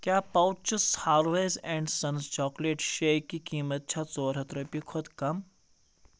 کیٛاہ پاوچٕس Harvey's and Sons chocolate shake کی قیٖمَت چھےٚ ژور ہَتھ رۄپیہِ کھۄتہٕ کَم